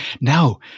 Now